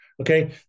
okay